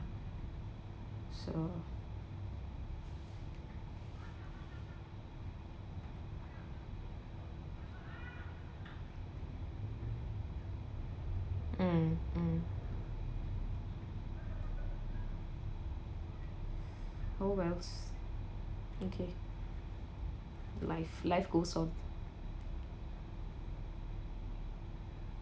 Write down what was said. so mm mm oh wells okay life life goes on